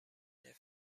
زمینه